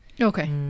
okay